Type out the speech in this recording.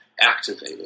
activated